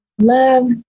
love